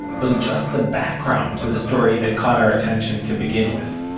was just the background to the story that caught our attention to begin with.